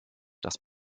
das